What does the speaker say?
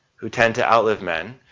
who tend to outlive men,